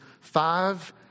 five